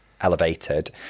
elevated